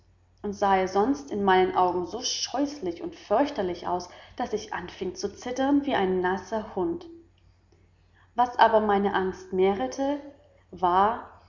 und sahe sonst in meinen augen so scheußlich und förchterlich aus daß ich anfieng zu zittern wie ein nasser hund was aber meine angst mehrete war